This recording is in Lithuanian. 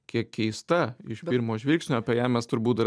kiek keista iš pirmo žvilgsnio apie ją mes turbūt dar